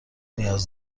نیاز